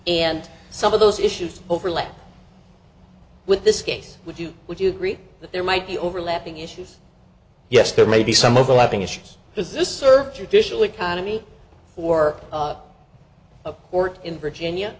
and some of those issues overlap with this case would you would you agree that there might be overlapping issues yes there may be some overlapping issues does this serve judicial economy or a court in virginia